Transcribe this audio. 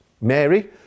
Mary